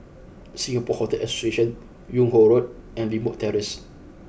Singapore Hotel Association Yung Ho Road and Limbok Terrace